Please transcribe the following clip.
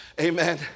amen